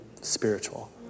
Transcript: spiritual